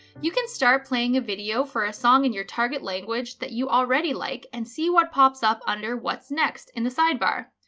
you can start playing a video for a song in your target language that you already like and see what pops up under what's next in the sidebar.